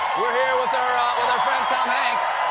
we're here with our ah with our friend tom hanks!